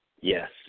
Yes